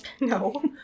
No